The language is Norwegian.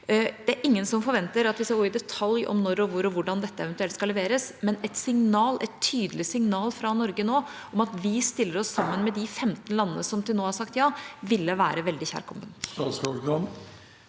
Det er ingen som forventer at vi skal gå i detalj om når og hvor og hvordan dette eventuelt skal leveres, men et tydelig signal fra Norge nå om at vi stiller oss sammen med de 15 landene som til nå har sagt ja, ville være veldig kjærkomment.